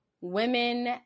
women